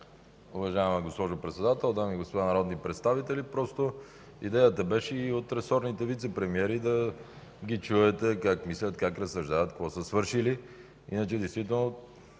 Уважаема госпожо Председател, дами и господа народни представители! Просто идеята беше и ресорните вицепремиери да ги чуете как мислят, как разсъждават, какво са свършили, иначе действително